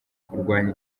kurwanya